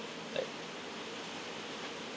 like